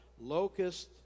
locusts